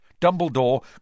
Dumbledore